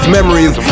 Memories